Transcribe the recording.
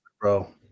bro